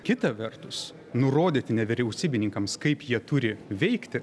kita vertus nurodyti nevyriausybininkams kaip jie turi veikti